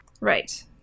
Right